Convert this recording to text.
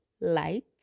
light